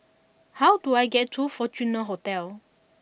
how do I get to Fortuna Hotel